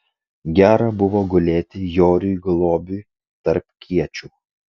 gera buvo gulėti joriui globiui tarp kiečių